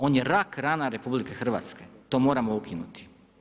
On je rak, rana RH, to moramo ukinuti.